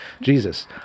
Jesus